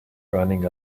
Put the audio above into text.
running